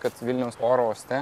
kad vilniaus oro uoste